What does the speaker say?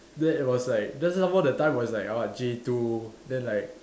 then it was like then some more that time was like I was J two then like